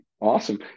Awesome